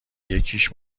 یکیش